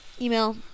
Email